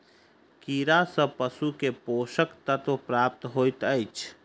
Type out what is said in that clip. कीड़ा सँ पशु के पोषक तत्व प्राप्त होइत अछि